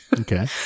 okay